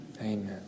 Amen